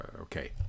okay